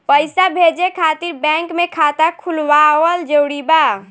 पईसा भेजे खातिर बैंक मे खाता खुलवाअल जरूरी बा?